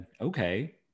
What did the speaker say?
okay